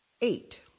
Eight